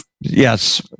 Yes